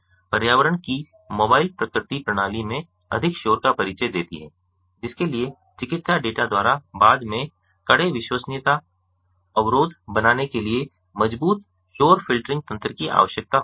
पर्यावरण की मोबाइल प्रकृति प्रणाली में अधिक शोर का परिचय देती है जिसके लिए चिकित्सा डेटा द्वारा बाद में कड़े विश्वसनीयता अवरोध बनाने के लिए मजबूत शोर फ़िल्टरिंग तंत्र की आवश्यकता होती है